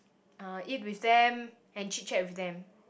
uh eat with them and chit-chat with them